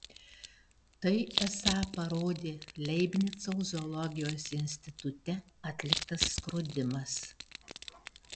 tai esą parodė leibnico zoologijos institute atliktas skrodimas